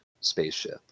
spaceship